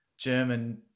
German